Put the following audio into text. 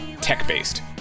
tech-based